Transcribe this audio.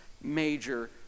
major